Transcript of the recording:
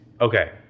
okay